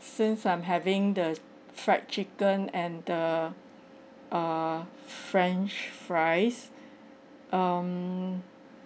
since I'm having the fried chicken and the err french fries um